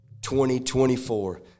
2024